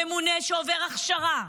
ממונה שעובר הכשרה.